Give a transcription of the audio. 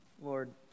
Lord